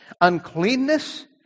uncleanness